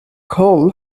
coal